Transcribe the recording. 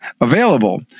available